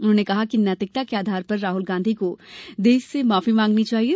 उन्होने कहा कि नैतिकता के आधार पर राहुल गांधी को देश से माफी मांगनी चाहिये